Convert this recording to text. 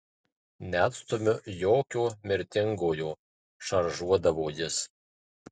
neatstumiu jokio mirtingojo šaržuodavo jis